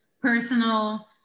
personal